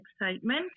excitement